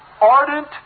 ardent